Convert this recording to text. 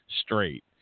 straight